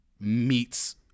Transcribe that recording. Meets